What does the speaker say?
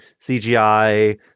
CGI